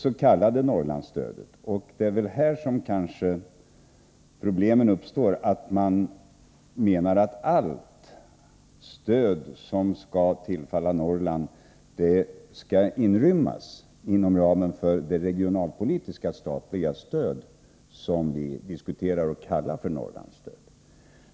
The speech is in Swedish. Problemen uppstår kanske därför att man menar att allt stöd som skall tillfalla Norrland skall inrymmas inom ramen för det regionalpolitiska statliga stöd som vi diskuterar och kallar för Norrlandsstöd.